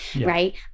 right